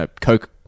Coke